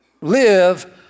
live